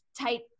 type